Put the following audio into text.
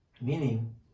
meaning